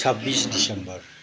छब्बिस दिसम्बर